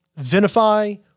vinify